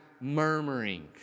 murmuring